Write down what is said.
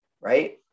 right